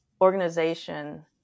organization